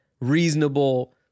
reasonable